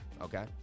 Okay